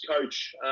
coach